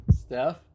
Steph